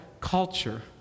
culture